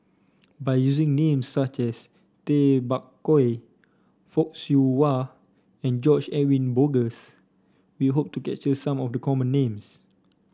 by using names such as Tay Bak Koi Fock Siew Wah and George Edwin Bogaars we hope to capture some of the common names